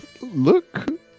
Look